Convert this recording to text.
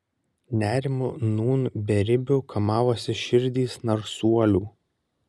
nerimu nūn beribiu kamavosi širdys narsuolių